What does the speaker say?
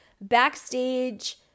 backstage